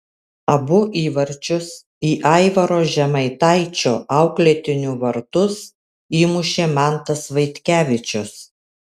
abu įvarčius į aivaro žemaitaičio auklėtinių vartus įmušė mantas vaitkevičius